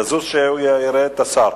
תזוז, כדי שהוא יראה את השר.